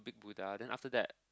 big Buddha then after that